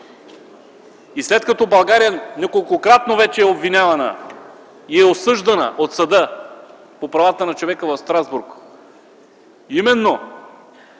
И след като България неколкократно вече е обвинявана и е осъждана от Съда по правата на човека в Страсбург именно